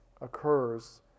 occurs